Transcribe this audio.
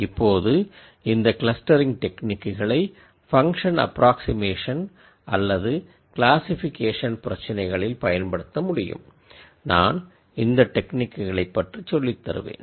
இப்போது இந்த கிளஸ்டரிங் டெக்னிக்குகளை பங்க்ஷன் அப்ராக்ஸிமேஷன் அல்லது கிளாசிஃபிகேஷன் பிரச்சினைகளில்பயன்படுத்த முடியும் நான் இந்த டெக்னிக்குகளை பற்றி சொல்லித் தருவேன்